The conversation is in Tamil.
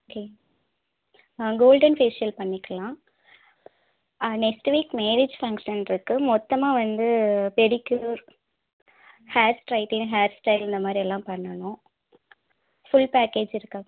ஓகே ஆ கோல்டன் ஃபேஷியல் பண்ணிக்கலாம் ஆ நெக்ஸ்ட்டு வீக் மேரேஜ் ஃபங்க்ஷன் இருக்கு மொத்தமாக வந்து pedicure hair straightening hair style இந்தமாதிரி எல்லாம் பண்ணணும் ஃபுல் பேக்கேஜ் இருக்கா